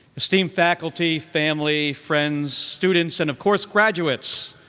esteemed faculty, family, friends, students, and of course, graduates,